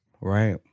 Right